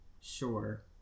sure